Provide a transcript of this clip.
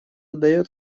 дает